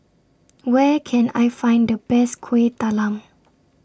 Where Can I Find The Best Kueh Talam